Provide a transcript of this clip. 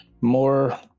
more